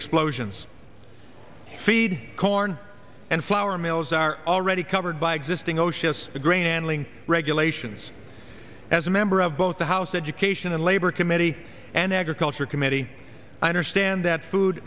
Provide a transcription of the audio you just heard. explosions feed corn and flour mills are already covered by existing osha grain handling regulations as a member of both the house education and labor committee and agriculture committee i understand that food